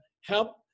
help